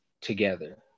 together